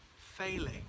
failing